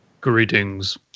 greetings